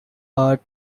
art